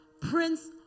Prince